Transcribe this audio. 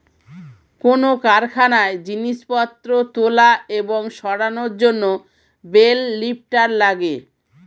কোন কারখানায় জিনিসপত্র তোলা এবং সরানোর জন্যে বেল লিফ্টার লাগে